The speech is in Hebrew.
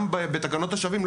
גם בתקנות השבים,